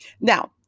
now